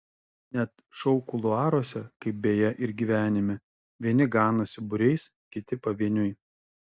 net šou kuluaruose kaip beje ir gyvenime vieni ganosi būriais kiti pavieniui